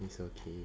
it's okay